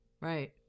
Right